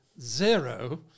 zero